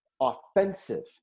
offensive